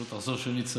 שלא תחזור שנית צרה,